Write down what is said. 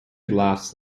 laughs